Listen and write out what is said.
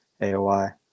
aoy